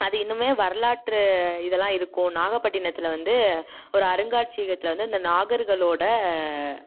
அது இன்னுமே வரலாற்று இதெல்லாம் இருக்கும் நாகப்பட்டினத்தில் வந்து ஒரு அருங்காட்சியகத்தில் வந்து அந்த நாகர்களோடய